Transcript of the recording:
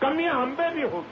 कमियां हम में भी होगी